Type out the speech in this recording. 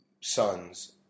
sons